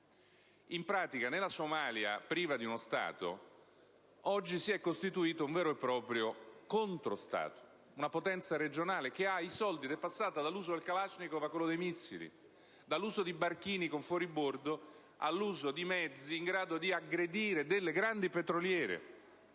in pratica nella Somalia, priva di uno Stato, oggi si è costituito un vero e proprio contro-Stato, una potenza regionale che ha disponibilità finanziaria e che è passata dall'uso del kalashnikov a quello dei missili, dall'uso di barchini con fuoribordo all'uso di mezzi in grado di aggredire grandi petroliere,